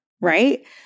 Right